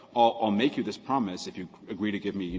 i'll i'll make you this promise if you agree to give me, you